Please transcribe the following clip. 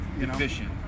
Efficient